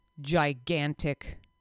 gigantic